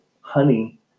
honey